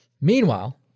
Meanwhile